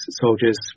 soldiers